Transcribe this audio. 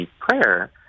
prayer